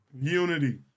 Unity